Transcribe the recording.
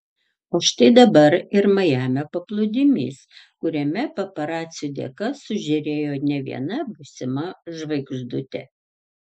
o štai dabar ir majamio paplūdimys kuriame paparacių dėka sužėrėjo ne viena būsima žvaigždutė